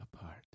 apart